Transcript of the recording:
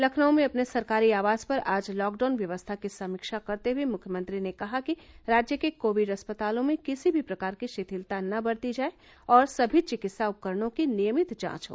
लखनऊ में अपने सरकारी आवास पर आज लॉकडाउन व्यवस्था की समीक्षा करते हुए मुख्यमंत्री ने कहा कि राज्य के कोविड अस्पतालों में किसी भी प्रकार की शिथिलता न बरती जाए और समी चिकित्सा उपकरणों की नियमित जांच हो